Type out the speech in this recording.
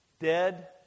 dead